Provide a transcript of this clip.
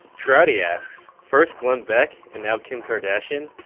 trouty asks, first glenn beck, and now kim kardashian?